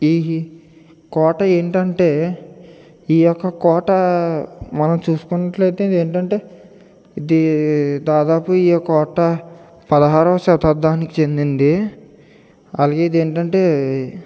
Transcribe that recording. ఈ ఈ కోట ఏంటంటే ఈ యొక్క కోట మనం చూసుకున్నట్లయితే ఏంటంటే ఇది దాదాపు ఈ కోట పదహారోవ శతాబ్దానికి చెందింది అలాగే ఇది ఏంటంటే